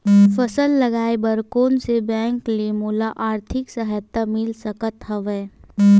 फसल लगाये बर कोन से बैंक ले मोला आर्थिक सहायता मिल सकत हवय?